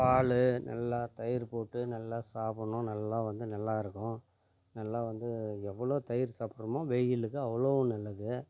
பாலு நல்லா தயிர் போட்டு நல்லா சாப்பிட்ணும் நல்லா வந்து நல்லாயிருக்கும் நல்லா வந்து எவ்வளோ தயிர் சாப்பிட்றமோ வெயிலுக்கு அவ்வளோ நல்லது